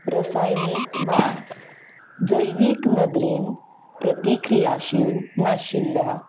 रसायणीक वा जैवीक नदरेन प्रतिक्रियाशील नाशिल्ल्या